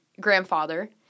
grandfather